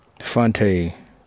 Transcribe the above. Fonte